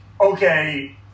okay